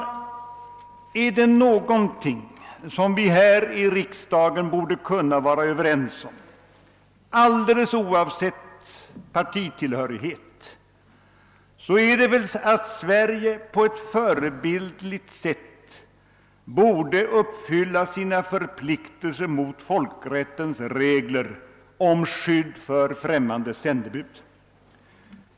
Finns det någonting som vi här i riksdagen borde kunna vara överens om alldeles oavsett partitillhörighet, så är det att Sverige på ett förebildligt sätt borde uppfylla sina förpliktelser enligt folkrättens regler om skydd för främmande sändebud.